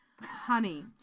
honey